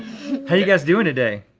how're you guys doing today?